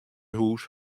hús